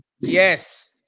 Yes